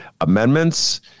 amendments